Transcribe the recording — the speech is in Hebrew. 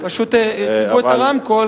פשוט כיבו את הרמקול.